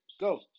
go